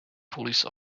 police